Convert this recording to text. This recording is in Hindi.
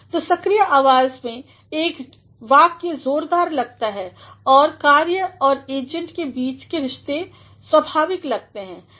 तो सक्रिय अकाज में एक वाक्य जोरदार लगता है और कार्य और एजेंट के बीच के रिश्ते स्वाभाविक लगते हैं